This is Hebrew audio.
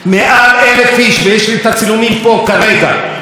מנסים להפיל שם את הגדר של זיקים.